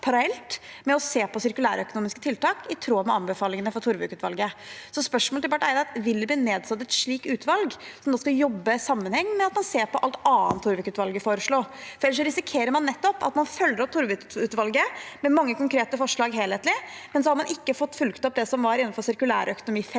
med å se på sirkulærøkonomiske tiltak i tråd med anbefalingene fra Torvik-utvalget. Spørsmålet til Barth Eide er: Vil de nedsette et slikt utvalg som skal jobbe i sammenheng med at man ser på alt annet Torvik-utvalget foreslo? Ellers risikerer man nettopp at man følger opp Torvik-utvalget med mange konkrete forslag helhetlig, men så har man ikke fått fulgt opp det som var innenfor sirkulær økonomi-feltet.